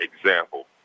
Example